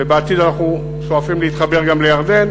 ובעתיד אנחנו שואפים להתחבר גם לירדן,